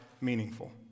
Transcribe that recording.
meaningful